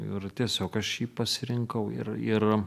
ir tiesiog aš jį pasirinkau ir ir